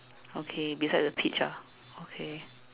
okay beside the peach ah okay